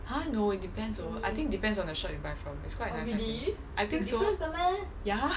!huh! no it depends though I think it depends on the shop you buy from it's quite nice I think I think so ya